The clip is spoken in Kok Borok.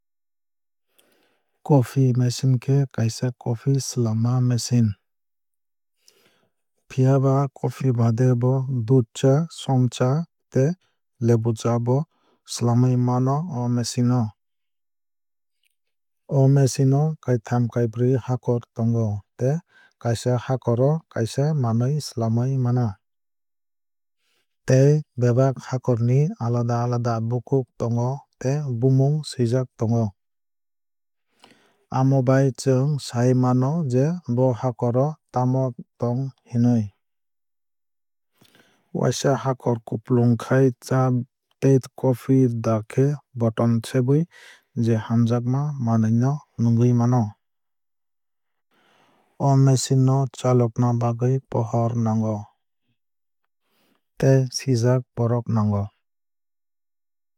Coffee machine khe kaisa coffee swlama machine. Phiaba coffee baade bo dudh cha som cha tei lebu cha bo swlamwui mano o machine o. O machine o kaitham kaibrwui hakor tongo tei kaisa hakor o kaisa manwui swlamwui mano. Tei bebak hakor ni alada alada bukhuk tongo tei bumung swuijak tongo. Amobai chwng sai mano je bo hakor o tamo tong hinwui. Waisa hakor kupulwng khai cha tei coffee dakhe button sebwui je hamjakma manwui no nwngwui mano. O machine no chalokna bagwui pohor nango tei sijak borok nango.